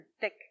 thick